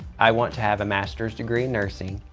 i want to have a master's degree in nursing